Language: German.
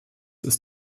ist